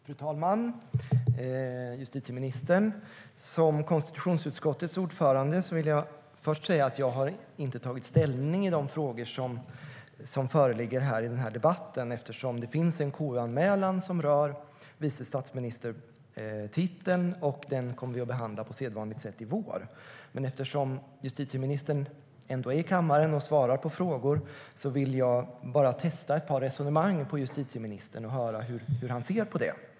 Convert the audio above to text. Fru talman! Justitieministern! Som konstitutionsutskottets ordförande vill jag först säga att jag inte har tagit ställning i de frågor som föreligger i den här debatten eftersom det finns en KU-anmälan som rör vice statsminister-titeln, och den kommer vi att behandla på sedvanligt sätt i vår. Men eftersom justitieministern ändå är i kammaren och svarar på frågor vill jag testa ett par resonemang på justitieministern och höra hur han ser på dem.